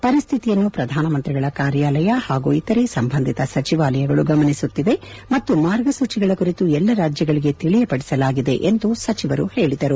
ಪರಿಸ್ಥಿತಿಯನ್ನು ಪ್ರಧಾನ ಮಂತ್ರಿಗಳ ಕಾರ್ಯಾಲಯ ಹಾಗು ಇತರೆ ಸಂಬಂಧಿತ ಸಚಿವಾಲಯಗಳು ಗಮನಿಸುತ್ತಿವೆ ಮತ್ತು ಮಾರ್ಗಸೂಚಿಗಳ ಕುರಿತು ಎಲ್ಲಾ ರಾಜ್ಯಗಳಿಗೆ ತಿಳಿಯಪಡಿಸಲಾಗಿದೆ ಎಂದು ಸಚಿವರು ಹೇಳಿದರು